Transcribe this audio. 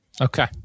Okay